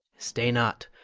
stay not!